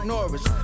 Norris